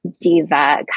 diva